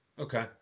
Okay